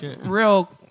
real